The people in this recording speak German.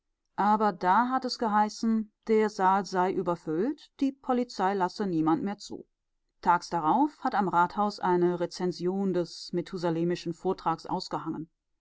aber da hat es geheißen der saal sei überfüllt die polizei lasse niemand mehr zu tags darauf hat am rathaus eine rezension des methusalemschen vortrags ausgehangen